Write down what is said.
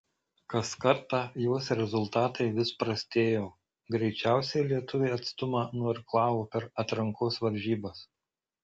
kas kartą jos rezultatai vis prastėjo greičiausiai lietuvė atstumą nuirklavo per atrankos varžybas